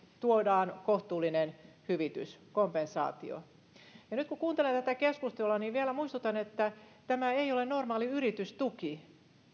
tuodaan kohtuullinen hyvitys kompensaatio nyt kun kuuntelee tätä keskustelua niin vielä muistutan että tämä ei ole normaali yritystuki